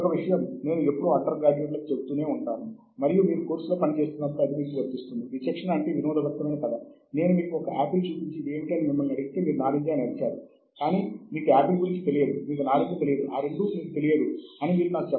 మరియు టెక్స్ట్ మొత్తము పూర్తి చేసినప్పుడు వనరుల కదలికలు మ్యాపింగ్ DOI ఏజెన్సీ చేత సవరించబడతాయి